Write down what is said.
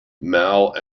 mal